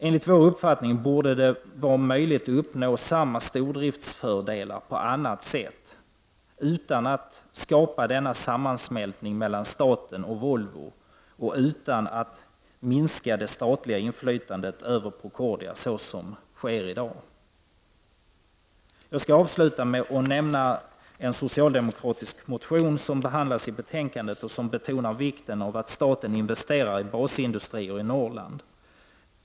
Enligt vår mening borde det vara möjligt att uppnå samma stordriftsfördelar på annat sätt, dvs. utan denna sammansmältning mellan staten och Volvo och utan att minska det statliga inflytandet över Procordia på det sätt som sker i dag. I en socialdemokratisk motion betonas vikten av att staten investerar i basindustrierna i Norrland.